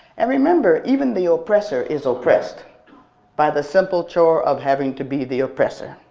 and remember, even the oppressor is oppressed by the simple chore of having to be the oppressor,